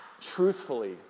truthfully